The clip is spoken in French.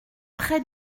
très